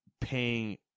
paying